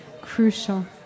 crucial